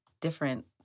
different